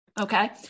okay